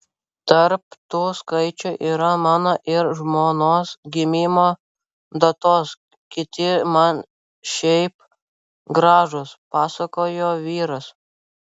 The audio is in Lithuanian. tarp tų skaičių yra mano ir žmonos gimimo datos kiti man šiaip gražūs pasakojo vyras